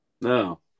No